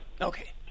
Okay